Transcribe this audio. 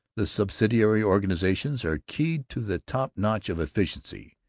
the subsidiary organizations are keyed to the top-notch of efficiency.